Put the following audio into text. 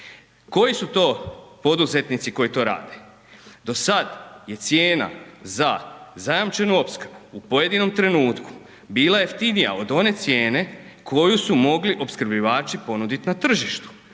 Koji su to poduzetnici koji to rade? Do sad je cijena za zajamčenu opskrbu u pojedinom trenutku bila jeftinija od one cijene koju su mogli opskrbljivači ponudit na tržištu,